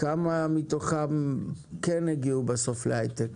כמה מתוכם כן הגיעו בסוף להייטק?